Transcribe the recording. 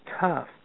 tough